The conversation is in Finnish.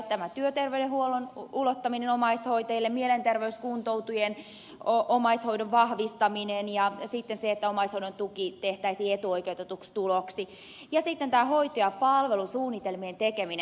tämä työterveyshuollon ulottaminen omaishoitajille mielenterveyskuntoutujien omaishoidon vahvistaminen ja sitten se että omaishoidon tuki tehtäisiin etuoikeutetuksi tuloksi ja sitten tämä hoito ja palvelusuunnitelmien tekeminen